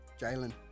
Jalen